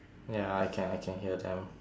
ya I can I can hear them